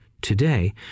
today